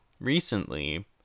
recently